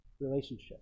relationship